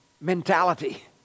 mentality